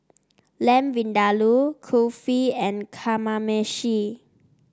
Lamb Vindaloo Kulfi and Kamameshi